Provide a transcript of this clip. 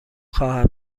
خواهم